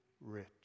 rich